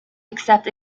accept